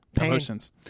emotions